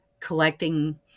collecting